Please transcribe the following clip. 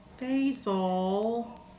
Basil